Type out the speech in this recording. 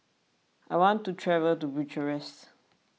I want to travel to Bucharest